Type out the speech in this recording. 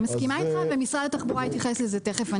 אני מסכימה איתך ומשרד התחבורה יתייחס לזה תכף.